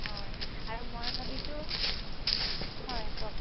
হয় আৰু মই ভাবিছোঁ হয় কওক